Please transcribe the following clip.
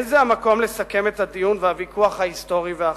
לא זה המקום לסכם את הדיון והוויכוח ההיסטורי והעכשווי.